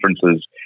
differences